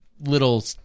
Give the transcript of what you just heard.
little